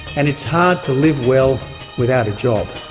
and it's hard to live well without a job.